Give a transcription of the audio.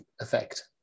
effect